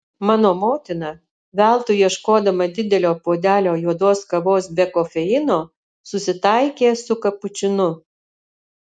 mano motina veltui ieškodama didelio puodelio juodos kavos be kofeino susitaikė su kapučinu